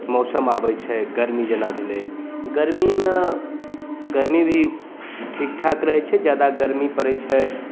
मौसम आबै छै गरमी जेना भेलै गरमीमे गरमी भी ठीक ठाक रहै छै जादा गरमी पड़ै छै